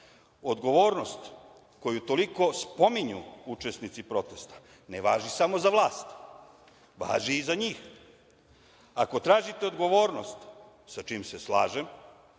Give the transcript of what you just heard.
prava. Odgovornost koju toliko spominju učesnici protesta ne važi samo za vlast, važi i za njih. Ako tražite odgovornost, sa čim se slažem,